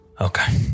Okay